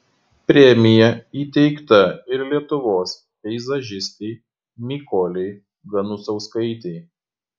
premija įteikta ir lietuvos peizažistei mykolei ganusauskaitei